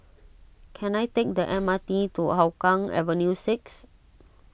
can I take the M R T to Hougang Avenue six